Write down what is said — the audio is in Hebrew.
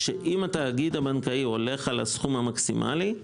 שאם התאגיד הבנקאי הולך על הסכום המקסימלי,